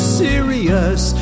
serious